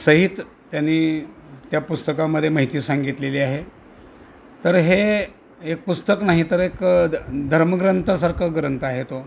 सहित त्यांनी त्या पुस्तकामध्ये माहिती सांगितलेली आहे तर हे एक पुस्तक नाही तर एक द धर्मग्रंथासारखं ग्रंथ आहे तो